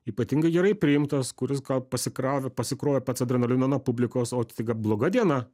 ypatingai gerai priimtas kuris gal pasikravė pasikrovė pats adrenalino nuo publikos o tik ga bloga diena